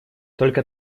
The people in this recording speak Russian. только